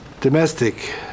Domestic